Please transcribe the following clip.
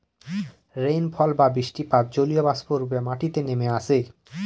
rainfall বা বৃষ্টিপাত জলীয়বাষ্প রূপে মাটিতে নেমে আসে